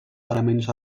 paraments